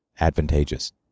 advantageous